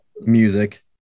music